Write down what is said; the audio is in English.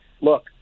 Look